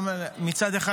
מצד אחד,